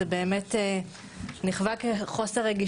אני יודעת שזה באמת נחווה כחוסר רגישות,